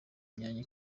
myanya